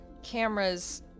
cameras